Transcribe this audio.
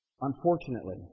Unfortunately